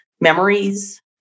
memories